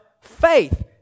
faith